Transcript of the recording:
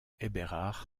eberhard